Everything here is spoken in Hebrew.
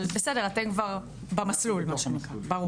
אבל בסדר אתם כבר במסלול מה שנקרא.